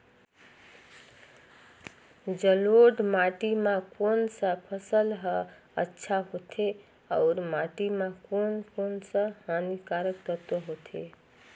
जलोढ़ माटी मां कोन सा फसल ह अच्छा होथे अउर माटी म कोन कोन स हानिकारक तत्व होथे?